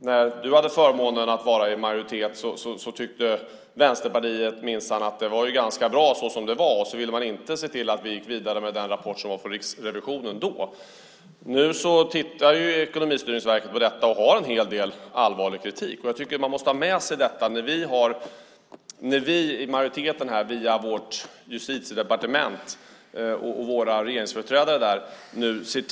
När du hade förmånen att vara i majoritet tyckte Vänsterpartiet minsann att det var ganska bra så som det var, och man ville inte se till att vi gick vidare med den rapport som fanns från Riksrevisionen då. Nu tittar Ekonomistyrningsverket på detta och har en hel del allvarlig kritik. Jag tycker att man måste ha med sig detta. Vi i majoriteten ser nu till att styra den svenska polisen via Justitiedepartementet och våra regeringsföreträdare där.